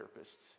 therapists